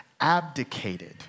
abdicated